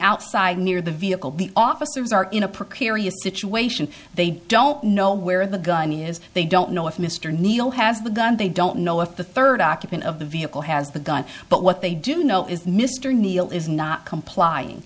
outside near the vehicle the officers are in a precarious situation they don't know where the gun is they don't know if mr neil has begun they don't know if the third occupant of the vehicle has the gun but what they do know is mr neil is not complying